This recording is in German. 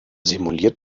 simuliert